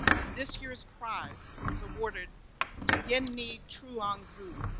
and this year's prize is awarded to yen nhi truong vu.